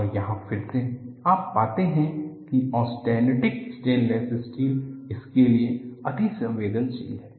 और यहाँ फिर से आप पाते हैं कि ऑस्टेनिटिक स्टेनलेस स्टील इसके लिए अतिसंवेदनशील है